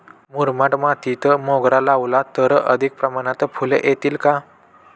मुरमाड मातीत मोगरा लावला तर अधिक प्रमाणात फूले येतील का?